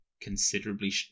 considerably